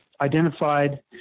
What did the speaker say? identified